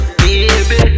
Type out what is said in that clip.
baby